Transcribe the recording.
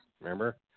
Remember